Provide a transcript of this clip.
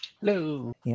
Hello